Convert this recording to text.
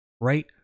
Right